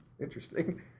interesting